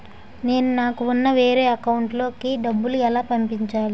నేను నాకు ఉన్న వేరే అకౌంట్ లో కి డబ్బులు ఎలా పంపించాలి?